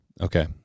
Okay